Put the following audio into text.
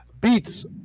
beats